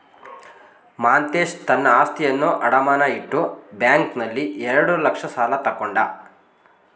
ಮಾಂತೇಶ ತನ್ನ ಆಸ್ತಿಯನ್ನು ಅಡಮಾನ ಇಟ್ಟು ಬ್ಯಾಂಕ್ನಲ್ಲಿ ಎರಡು ಲಕ್ಷ ಸಾಲ ತಕ್ಕೊಂಡ